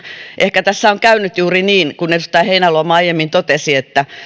ehkä tässä on käynyt juuri niin kuin edustaja heinäluoma aiemmin totesi että